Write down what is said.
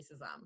racism